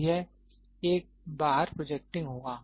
तो यह एक बाहर प्रोजेक्टिंग होगा